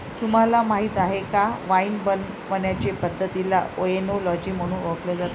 तुम्हाला माहीत आहे का वाइन बनवण्याचे पद्धतीला ओएनोलॉजी म्हणून ओळखले जाते